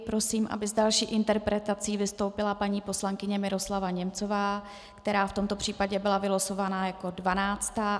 Prosím, aby s další interpelací vystoupila paní poslankyně Miroslava Němcová, která v tomto případě byla vylosovaná jako dvanáctá.